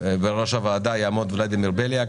בראש הוועדה יעמוד ולדימיר בליאק.